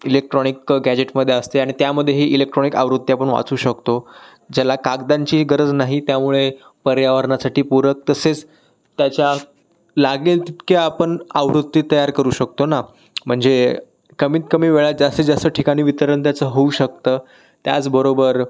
electronic गॅजेटमध्ये असते आणि त्यामध्येही इलेक्ट्रॉनिक आवृत्त्या पण वाचू शकतो ज्याला कागदांची गरज नाही त्यामुळे पर्यावरणासाठी पूरक तसेच त्याच्या लागेल तितक्या आपण आवृत्ती तयार करू शकतो ना म्हणजे कमीत कमी वेळात जास्तीत जास्त ठिकाणी वितरण त्याचं होऊ शकतं त्याचबरोबर